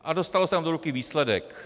A dostal jsem do ruky výsledek.